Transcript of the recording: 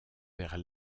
vers